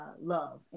love